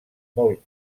molt